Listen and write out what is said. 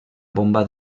bomba